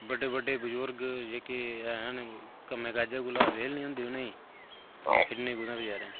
बड्डे बड्डे बजुर्ग जेह्के हैन कम्मे काजै कोला बेह्ल निं होंदी उ'नेंगी ते उ'नें खेढनी कुत्थै बचेरें